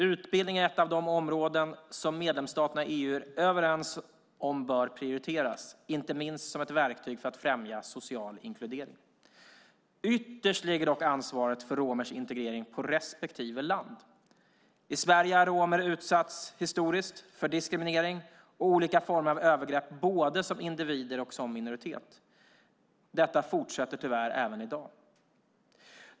Utbildning är ett av de områden som medlemsstaterna i EU är överens om bör prioriteras, inte minst som ett verktyg för att främja social inkludering. Ytterst ligger dock ansvaret för romers integrering på respektive land. I Sverige har romer historiskt utsatts för diskriminering och olika former av övergrepp både som individer och som minoritet. Detta fortsätter tyvärr även i dag.